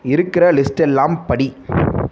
இருக்கிற லிஸ்டெல்லாம் படி